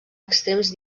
extrems